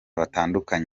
batandukanye